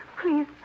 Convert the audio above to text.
Please